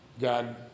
God